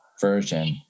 version